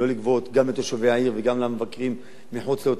גם מתושבי העיר וגם מהמבקרים מחוץ לאותה עיר.